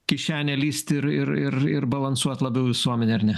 kišenę lįsti ir ir ir balansuot labiau visuomenę ar ne